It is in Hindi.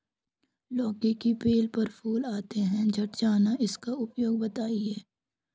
लौकी की बेल पर फूल आते ही झड़ जाना इसका उपाय बताएं?